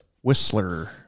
Whistler